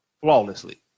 Flawlessly